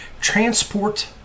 transport